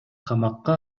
камакка